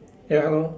ya hello